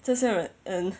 这些人